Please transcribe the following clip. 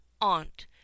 aunt